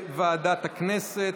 לוועדת הכנסת.